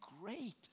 great